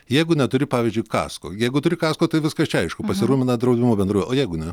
jeigu neturi pavyzdžiui kasko jeigu turi kasko tai viskas čia aišku pasirūpina draudimu bendrovė o jeigu ne